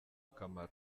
akamaro